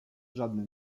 żadne